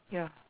ya